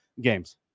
games